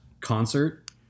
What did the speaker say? concert